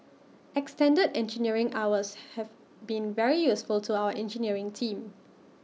extended engineering hours have been very useful to our engineering team